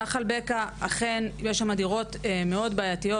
נחל בקע אכן יש שם דירות מאוד בעייתיות